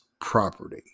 property